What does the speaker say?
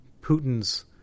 Putin's